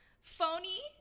Phony